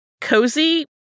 cozy